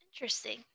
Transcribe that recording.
interesting